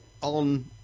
on